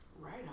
Right